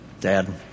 Dad